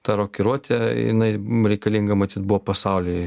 ta rokiruotė jinai reikalinga matyt buvo pasauliui